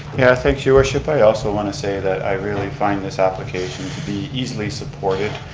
yeah, thanks your worship. i also want to say that i really find this application to be easily supported.